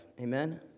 Amen